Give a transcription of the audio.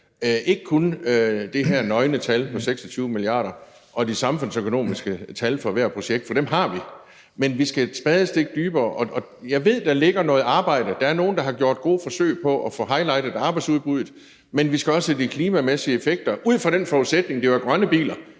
ikke kun det her nøgne tal på 26 mia. kr. og de samfundsøkonomiske tal for hvert projekt, for dem har vi. Men vi skal et spadestik dybere, og jeg ved, der ligger noget arbejde. Der er nogle, der har gjort gode forsøg på at få highlightet arbejdsudbuddet, men vi skal også have de klimamæssige effekter med ud fra den forudsætning, at det er grønne biler.